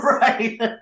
right